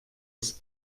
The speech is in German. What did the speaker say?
ist